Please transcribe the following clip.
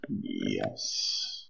Yes